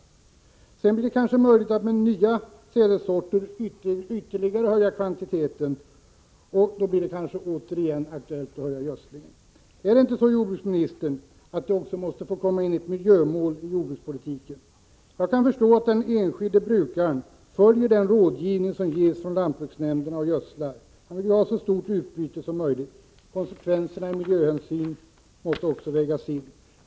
Därefter blir det kanske möjligt att med nya sädessorter ytterligare öka kvantiteten. Då blir det kanske återigen aktuellt att öka gödslingen. Är det inte så, jordbruksministern, att det också måste få komma in ett miljömål i jordbrukspolitiken? Jag kan förstå att den enskilde brukaren följer lantbruksnämndernas rådgivning om gödsling. Han vill ju ha så stort utbyte som möjligt. Men konsekvenserna i fråga om miljöhänsyn måste också vägas in.